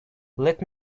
let